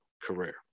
career